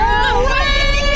away